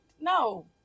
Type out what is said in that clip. No